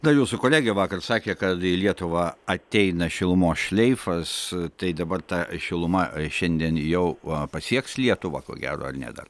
na jūsų kolegė vakar sakė kad į lietuvą ateina šilumos šleifas tai dabar ta šiluma šiandien jau va pasieks lietuvą ko gero ar ne dar